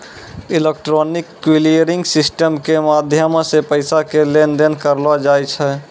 electronic clearing system के माध्यमो से पैसा के लेन देन करलो जाय छै